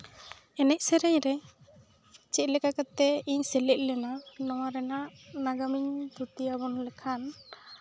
ᱮᱱᱮᱡᱼᱥᱮᱨᱮᱧ ᱨᱮ ᱪᱮᱫ ᱞᱮᱠᱟ ᱠᱟᱛᱮᱜ ᱤᱧ ᱥᱮᱞᱮᱫ ᱞᱮᱱᱟ ᱱᱚᱣᱟ ᱨᱮᱱᱟᱜ ᱱᱟᱜᱟᱢᱤᱧ ᱛᱷᱩᱛᱤᱭᱟᱵᱚᱱ ᱞᱮᱠᱷᱟᱱ